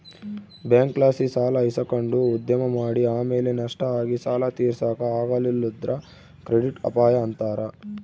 ಬ್ಯಾಂಕ್ಲಾಸಿ ಸಾಲ ಇಸಕಂಡು ಉದ್ಯಮ ಮಾಡಿ ಆಮೇಲೆ ನಷ್ಟ ಆಗಿ ಸಾಲ ತೀರ್ಸಾಕ ಆಗಲಿಲ್ಲುದ್ರ ಕ್ರೆಡಿಟ್ ಅಪಾಯ ಅಂತಾರ